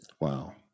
Wow